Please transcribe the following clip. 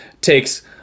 takes